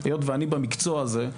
היות שאני במקצוע הזה,